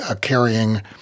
carrying